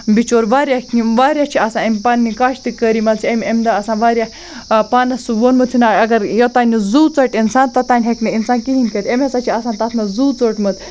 بِچور واریاہ واریاہ چھِ آسان أمۍ پنٛنہِ کاشتٕکٲری منٛز چھِ امہِ امہِ دۄہ آسان واریاہ پانَس سُہ ووٚنمُت چھُنا اگر یوٚتام نہٕ زُو ژَٹہِ اِنسان توٚتام ہیٚکہِ نہٕ اِنسان کِہیٖنۍ کٔرِتھ أمۍ ہَسا چھِ آسان تَتھ منٛز زُو ژوٚٹمُت